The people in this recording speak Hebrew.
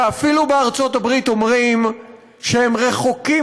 שאפילו בארצות-הברית אומרים שהם רחוקים